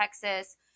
Texas